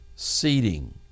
seating